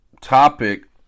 topic